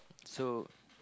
so